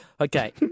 Okay